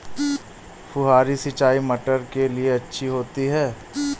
फुहारी सिंचाई मटर के लिए अच्छी होती है?